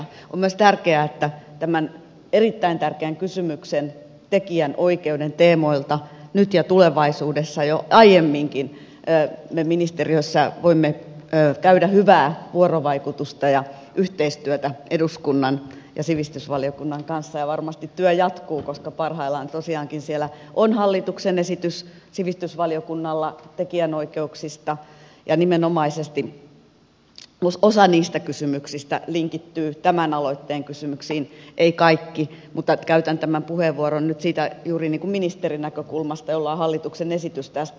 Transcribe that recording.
on myös tärkeää että tämän erittäin tärkeän kysymyksen tekijänoikeuden tiimoilta nyt ja tulevaisuudessa jo aiemminkin me ministeriössä voimme olla hyvässä vuorovaikutuksessa ja yhteistyössä eduskunnan ja sivistysvaliokunnan kanssa ja varmasti työ jatkuu koska parhaillaan tosiaankin siellä on hallituksen esitys sivistysvaliokunnalla tekijänoikeuksista ja nimenomaisesti osa niistä kysymyksistä linkittyy tämän aloitteen kysymyksiin eivät kaikki mutta käytän tämän puheenvuoron nyt juuri ministerin näkökulmasta jolla on hallituksen esitys tästä